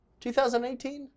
2018